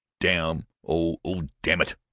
damn oh oh damn it!